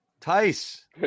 Tice